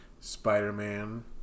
Spider-Man